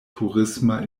turisma